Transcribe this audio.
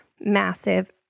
massive